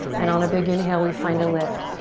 and on a big inhale, we find a lift.